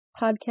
podcast